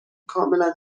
کاملا